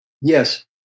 Yes